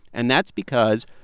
and that's because,